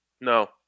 No